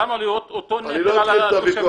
אותן עלויות, אותו נטל על התושבים.